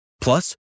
Plus